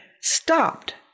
stopped